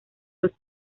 los